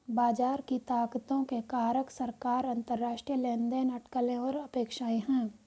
बाजार की ताकतों के कारक सरकार, अंतरराष्ट्रीय लेनदेन, अटकलें और अपेक्षाएं हैं